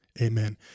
Amen